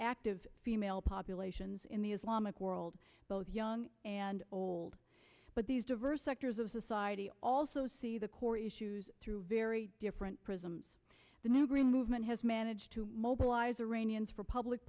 active female populations in the islamic world both young and old but these diverse sectors of society also see the core issues through very different prism the new green movement has managed to mobilize iranians for public